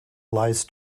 lies